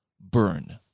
burn